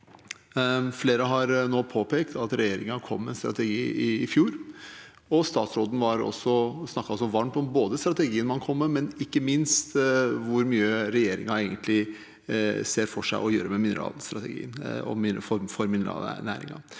Flere har nå påpekt at regjeringen kom med en strategi i fjor, og statsråden har også snakket varmt om strategien man kom med, men ikke minst om hvor mye regjeringen egentlig ser for seg å gjøre med mineralstrategien og for mineralnæringen.